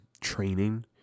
training